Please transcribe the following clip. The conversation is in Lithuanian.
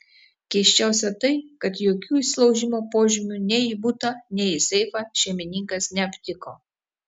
keisčiausia tai kad jokių įsilaužimo požymių nei į butą nei į seifą šeimininkas neaptiko